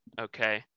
okay